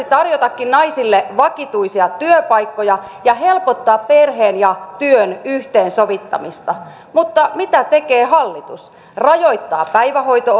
tarjota naisille vakituisia työpaikkoja ja helpottaa perheen ja työn yhteensovittamista mutta mitä tekee hallitus rajoittaa päivähoito